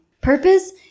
Purpose